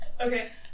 Okay